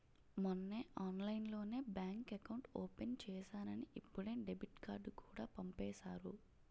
మొన్నే ఆన్లైన్లోనే bank account open చేసేసానని ఇప్పుడే డెబిట్ కార్డుకూడా పంపేసారు